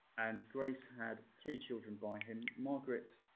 and grace had three children by him margaret,